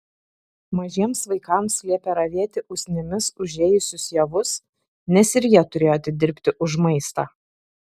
mažiems vaikams liepė ravėti usnimis užėjusius javus nes ir jie turėjo atidirbti už maistą